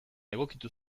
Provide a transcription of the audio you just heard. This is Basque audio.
egokitu